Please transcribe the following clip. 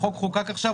החוק חוקק עכשיו,